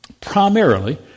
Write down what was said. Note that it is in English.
Primarily